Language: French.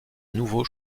nouveau